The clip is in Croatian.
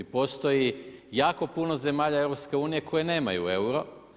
Postoji jako puno zemalja EU koje nemaju euro.